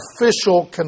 official